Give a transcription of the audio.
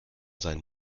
seinen